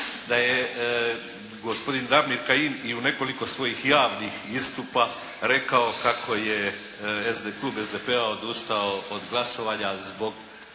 da je gospodin Damir Kajin i u nekoliko svojih javnih istupa rekao kako je Klub SDP-a odustao od glasovanja zbog